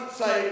say